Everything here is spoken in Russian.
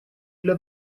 для